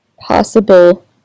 possible